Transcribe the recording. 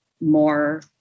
more